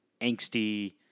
angsty